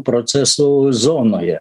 procesų zonoje